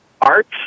Arts